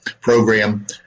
program